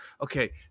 Okay